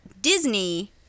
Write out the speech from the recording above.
disney